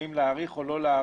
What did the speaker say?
האם להאריך או לא,